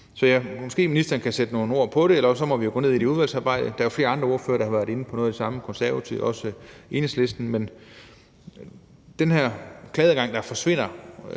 Så måske ministeren kan sætte nogle ord på det, ellers må vi gå ned i det i udvalgsarbejdet. Der er jo flere andre ordførere, der har været inde på noget af det samme, Konservative og også Enhedslisten, i forhold til den her klageadgang, der forsvinder,